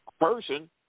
person